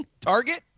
Target